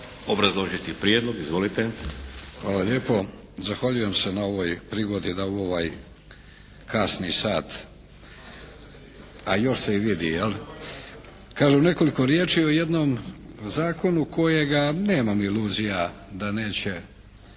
**Vidović, Davorko (SDP)** Hvala lijepo. Zahvaljujem se na ovoj prigodi da u ovaj kasni sat a još se i vidi jel, kažem nekoliko riječi o jednom zakonu kojega nemam iluzija da neće,